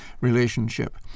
relationship